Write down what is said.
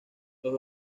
los